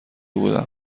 بودم